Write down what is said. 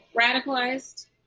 radicalized